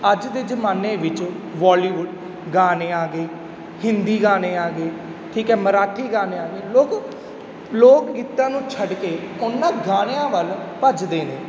ਅੱਜ ਦੇ ਜ਼ਮਾਨੇ ਵਿੱਚ ਬੋਲੀਵੁੱਡ ਗਾਣੇ ਆ ਗਏ ਹਿੰਦੀ ਗਾਣੇ ਆ ਗਏ ਠੀਕ ਹੈ ਮਰਾਠੀ ਗਾਣੇ ਆ ਗਏ ਲੋਕ ਲੋਕ ਗੀਤਾਂ ਨੂੰ ਛੱਡ ਕੇ ਉਹਨਾਂ ਗਾਣਿਆਂ ਵੱਲ ਭੱਜਦੇ ਨੇ